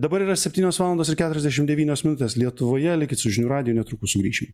dabar yra septynios valandos ir keturiasdešimt devynios minutės lietuvoje likit su žinių radiju netrukus sugrįšim